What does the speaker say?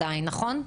נכון?